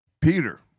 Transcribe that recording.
Peter